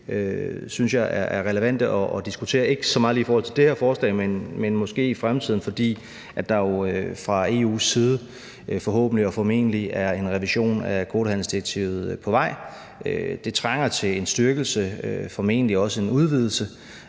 synes jeg er relevante at diskutere. Det er ikke så meget lige i forhold til det her forslag, men måske i fremtiden, fordi der jo fra EU's side forhåbentlig og formentlig er en revision af kvotehandelsdirektivet på vej. Det trænger til en styrkelse, formentlig også en udvidelse